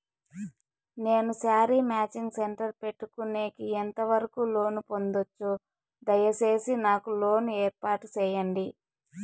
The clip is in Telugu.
నేను శారీ మాచింగ్ సెంటర్ పెట్టుకునేకి ఎంత వరకు లోను పొందొచ్చు? దయసేసి నాకు లోను ఏర్పాటు సేయండి?